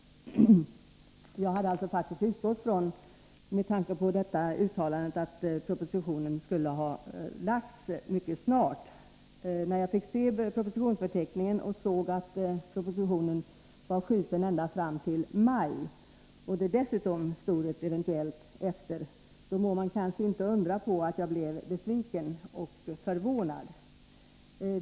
Jag hade faktiskt, med tanke på detta uttalande, utgått från att propositionen skulle ha lagts fram mycket tidigt. När jag fick se propositionsförteckningen och upptäckte att propositionen skjutits fram ända till maj, och det dessutom stod ett ”ev.” efter, må man kanske inte undra på att jag blev besviken och förvånad.